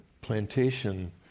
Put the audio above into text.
plantation